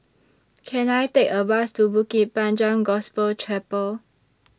Can I Take A Bus to Bukit Panjang Gospel Chapel